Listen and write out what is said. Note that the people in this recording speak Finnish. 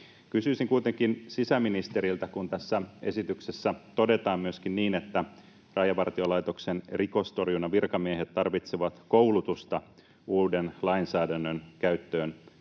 Kysyisin kuitenkin sisäministeriltä siitä, kun tässä esityksessä todetaan myöskin niin, että ”Rajavartiolaitoksen rikostorjunnan virkamiehet tarvitsevat koulutusta uuden lainsäädännön käyttöönottamisen